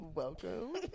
Welcome